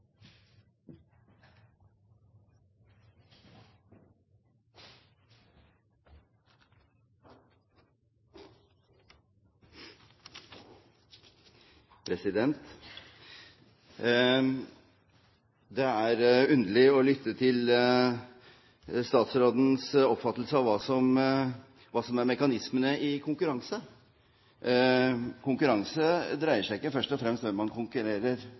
bemerkelsesverdig. Det er underlig å lytte til statsrådens oppfatning av hva som er mekanismene i konkurranse. Konkurranse dreier seg ikke først og fremst om hvem man konkurrerer